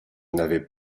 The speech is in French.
n’avais